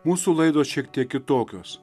mūsų laidos šiek tiek kitokios